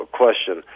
question